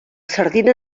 sardina